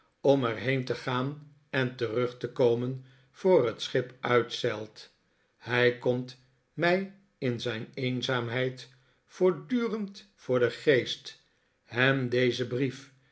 om er heen te gaan en terug te komen voor het schip uitzeilt hij komt mij in zijn eenzaamheid voortdurend voor den geest hem dezen brief